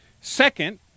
Second